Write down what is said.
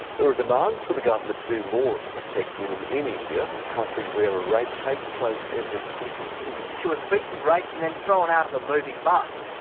there are demands for the government to do more to protect women in india, a country where a rape takes place every twenty minutes. she was beaten, raped and then thrown out of a moving bus.